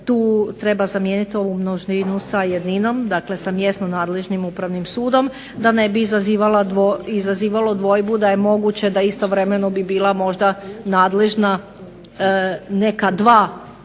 Tu treba zamijenit ovu množinu sa jedninom, dakle sa mjesno nadležnim Upravnim sudom, da ne bi izazivalo dvojbu da je moguće da istovremeno bi bila možda nadležna neka dva